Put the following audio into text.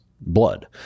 blood